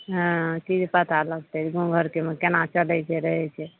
हँ की पता लगतै गाँव घरके केना चलैत छै रहैत छै